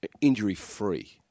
injury-free